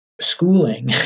schooling